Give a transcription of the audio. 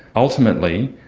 ultimately,